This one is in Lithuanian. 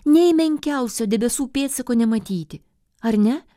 nei menkiausio debesų pėdsako nematyti ar ne